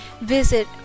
Visit